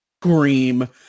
scream